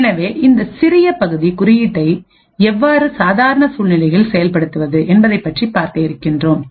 எனவே இந்த சிறிய பகுதி குறியீட்டை எவ்வாறு சாதாரண சூழ்நிலைகளில் செயல்படுத்துவது என்பதைப் பற்றி பார்க்க இருக்கின்றோம்